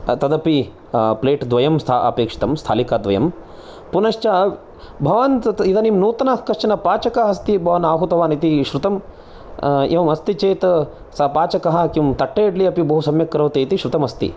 तदपि प्लेट् द्वयम् अपेक्षितं स्थालिका द्वयं पूनश्च भवान् तत् इदानीं नूतनः कश्चन पाचकः अस्ति भवान् आहूतवान् इति श्रुतं एवम् अस्ति चेत् सः पाचकः किं तट्टे इडली अपि बहु सम्यक् करोति इति श्रुतं अस्ति